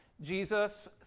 Jesus